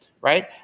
Right